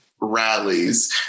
rallies